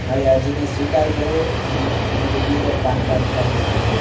મારી અરજીને સ્વીકાર કરો અને મને ડુપ્લિકેટ પાન કાર્ડ કાઢી આપો